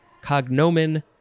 cognomen